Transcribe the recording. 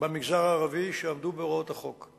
במגזר הערבי, שעמדו בהוראות החוק.